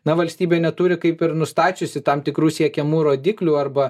na valstybė neturi kaip ir nustačiusi tam tikrų siekiamų rodiklių arba